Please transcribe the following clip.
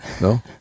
No